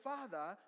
Father